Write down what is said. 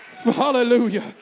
hallelujah